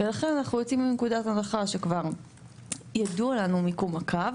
ולכן אנחנו יוצאים מנקודת הנחה שכבר ידוע לנו מיקום הקו.